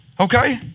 Okay